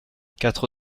quatre